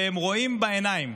הם רואים בעיניים